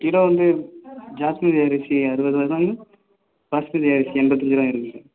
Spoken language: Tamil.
கிலோ வந்து ஜாஸ்மின் அரிசி அறுபது ரூபாயும் பாஸ்மதி அரிசி எண்பத்தஞ்சு ரூபாயும் இருக்குது சார்